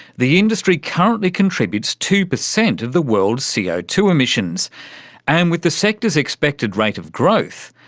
the industry currently contributes two percent of the world's c o two emissions and with the sector's expected rate of growth,